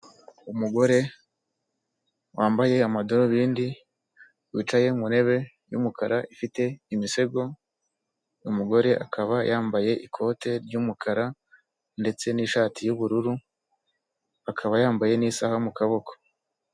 Umugore wambaye amadarubindi, wicaye mu ntebe y'umukara ifite imisego, umugore akaba yambaye ikote ry'umukara ndetse n'ishati y'ubururu, akaba yambaye n'isaha mu kaboko.